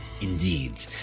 Indeed